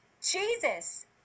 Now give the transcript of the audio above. Jesus